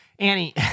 Annie